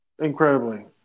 Incredibly